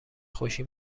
خوشی